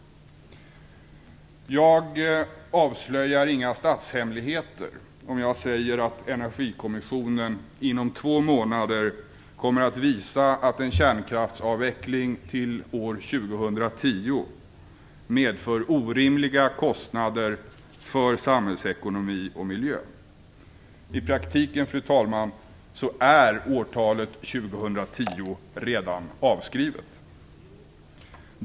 Jag avslöjar inga statshemligheter om jag säger att Energikommissionen inom två månader kommer att visa att en kärnkraftsavveckling till år 2010 medför orimliga kostnader för samhällsekonomi och miljö. I praktiken, fru talman, är årtalet 2010 redan avskrivet.